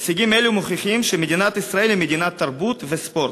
הישגים אלו מוכיחים שמדינת ישראל היא מדינת תרבות וספורט.